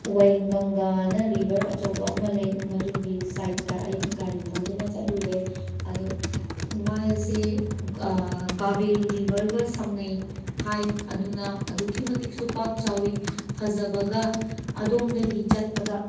ꯋꯌꯦꯡ ꯒꯪꯒꯥ ꯍꯥꯏꯅ ꯔꯤꯚꯔ ꯑꯆꯧꯕ ꯑꯃ ꯂꯩ ꯃꯗꯨꯒꯤ ꯁꯥꯏ꯭ꯇꯇ ꯑꯩ ꯒꯥꯔꯤ ꯊꯧꯗꯨꯅ ꯆꯠꯂꯨꯔꯦ ꯑꯗꯣ ꯃꯥꯁꯦ ꯀꯥꯕꯦꯔꯤ ꯔꯤꯕꯔꯒ ꯁꯝꯅꯩ ꯍꯥꯏ ꯑꯗꯨꯅ ꯑꯗꯨꯛꯀꯤ ꯃꯇꯤꯛꯁꯨ ꯄꯥꯛ ꯆꯥꯎꯏ ꯐꯖꯕꯒ ꯑꯗꯣꯝꯗꯒꯤ ꯆꯠꯄꯗ